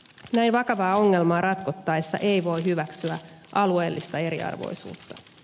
näin vakavaa ongelmaa ratkottaessa ei voi hyväksyä alueellista eriarvoisuutta